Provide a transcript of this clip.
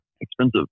expensive